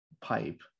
pipe